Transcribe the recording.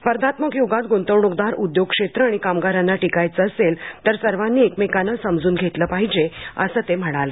स्पर्धात्मक युगात गुंतवणूकदार उद्योग क्षेत्र आणि कामगारांना टिकायचे असेल तर सर्वांनी एकमेकांना समजून घेतले पाहिजे असंही ते म्हणाले